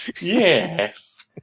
Yes